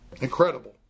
Incredible